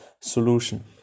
solution